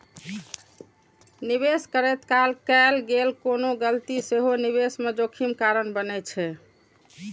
निवेश करैत काल कैल गेल कोनो गलती सेहो निवेश मे जोखिम कारण बनै छै